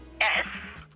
Yes